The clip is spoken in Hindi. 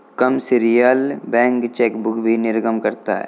कमर्शियल बैंक चेकबुक भी निर्गम करता है